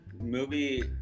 movie